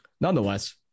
Nonetheless